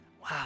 Wow